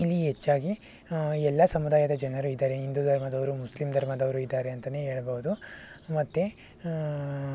ಇಲ್ಲಿ ಹೆಚ್ಚಾಗಿ ಎಲ್ಲ ಸಮುದಾಯದ ಜನರು ಇದ್ದಾರೆ ಹಿಂದೂ ಧರ್ಮದವರು ಮುಸ್ಲಿಮ್ ಧರ್ಮದವರು ಇದ್ದಾರೆ ಅಂತಲೇ ಹೇಳಬಹುದು ಮತ್ತೆ